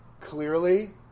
clearly